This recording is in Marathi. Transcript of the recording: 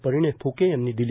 परिणय फ्के यांनी दिली